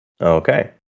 Okay